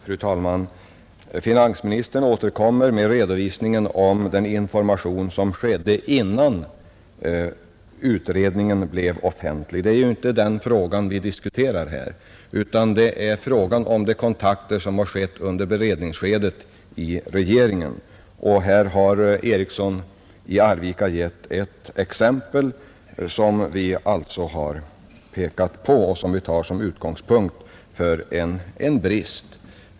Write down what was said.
Fru talman! Finansministern återkommer med redovisningen av den information som skedde innan utredningen blev offentlig. Det är ju inte den frågan vi diskuterar här, utan de kontakter som har skett under beredningsskedet i regeringen. Herr Eriksson i Arvika har gett ett av de exempel som vi har pekat på och som vi tar som utgångspunkt för en brist.